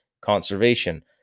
conservation